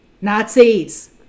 Nazis